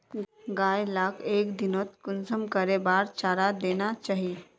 गाय लाक एक दिनोत कुंसम करे बार चारा देना चही?